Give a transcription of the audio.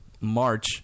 March